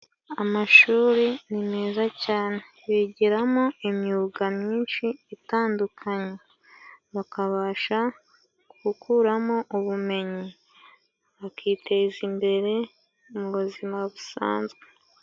Amashuri ni meza cyane bigiramo imyuga myinshi itandukanye, bakabasha gukuramo ubumenyi, bakiteza imbere mu buzima busazwe.